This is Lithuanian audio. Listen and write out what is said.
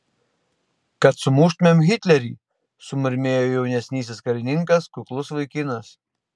kad sumuštumėm hitlerį sumurmėjo jaunesnysis karininkas kuklus vaikinas